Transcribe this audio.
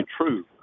true